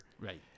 right